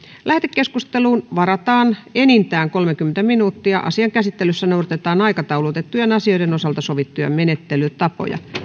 lähetekeskusteluun varataan enintään kolmekymmentä minuuttia asian käsittelyssä noudatetaan aikataulutettujen asioiden osalta sovittuja menettelytapoja